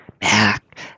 back